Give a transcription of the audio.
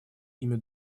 ими